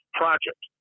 project